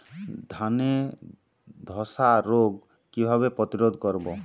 ধানে ধ্বসা রোগ কিভাবে প্রতিরোধ করব?